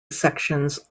sections